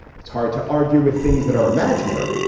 it's hard to argue with things that are imaginary.